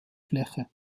fläche